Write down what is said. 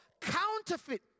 counterfeit